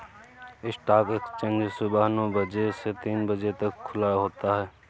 stock exchange सुबह नो बजे से तीन बजे तक खुला होता है